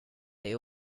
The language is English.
they